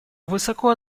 высоко